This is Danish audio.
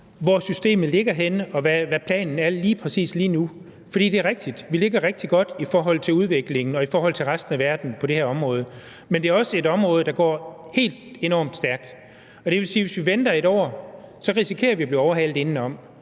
med systemet, og hvad planen er lige præcis nu. For det er rigtigt, at vi på det her område ligger rigtig godt i forhold til udviklingen og i forhold til resten af verden, men det er også et område, hvor det går helt enormt stærkt, og det vil sige, at hvis vi venter et år, risikerer vi at blive overhalet indenom,